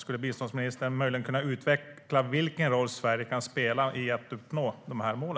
Kan biståndsministern möjligen utveckla vilken roll Sverige kan spela i att uppnå dessa mål?